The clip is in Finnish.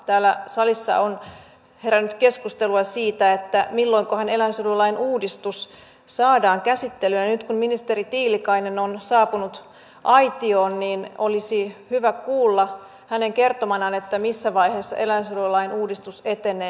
täällä salissa on herännyt keskustelua siitä milloinkohan eläinsuojelulain uudistus saadaan käsittelyyn ja nyt kun ministeri tiilikainen on saapunut aitioon niin olisi hyvä kuulla hänen kertomanaan missä vaiheessa eläinsuojelulain uudistus etenee